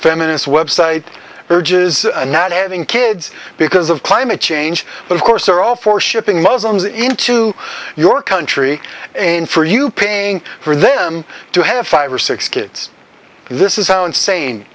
feminist website urges not having kids because of climate change but of course they're all for shipping muslims into your country and for you paying for them to have five or six kids this is how insane